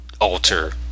alter